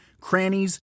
crannies